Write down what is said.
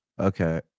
Okay